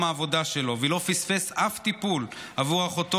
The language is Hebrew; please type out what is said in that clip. העבודה שלו ולא פספס אף טיפול עבור אחותו,